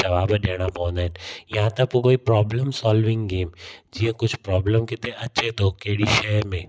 जवाब ॾियणा पवंदा आहिनि या त पोइ कोई प्रॉब्लम सॉल्विंग गेम जीअं कुझु प्रॉब्लम किथे अचे थो कहिड़ी शइ में